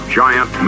giant